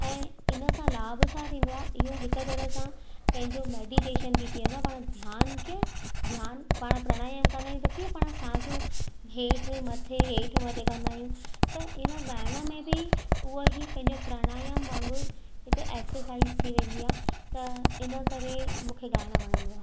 ऐं इन सां लाभ छा थींदो आहे इन सां हिकु तरह सां पंहिंजो मेडीटेशन बि थी वेंदो आहे पाण ध्यानु कीअं ध्यानु पाण प्रणायाम कंदा आहियूं कीअं पाण सांसूं हेठि मथे हेठि मथे कंदा आहियूं त इन ॻाइण में बि उहो ई पंहिंजो प्रणायाम वांगुरु हिकु एक्सोसाईज़ थी वेंदी आहे त इन करे मूंखे ॻाइणु वणंदो आहे